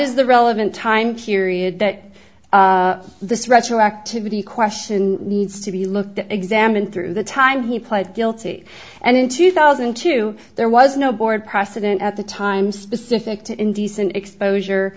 is the relevant time period that this retroactivity question needs to be looked at examined through the time he pled guilty and in two thousand and two there was no board precedent at the time specific to indecent exposure